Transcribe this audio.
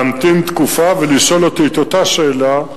להמתין תקופה ולשאול אותי את אותה שאלה,